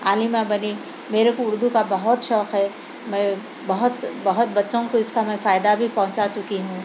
عالمہ بنی میرے کو اُردو کا بہت شوق ہے میں بہت بہت بچوں کو اِس کا میں فائدہ بھی پہنچا چُکی ہوں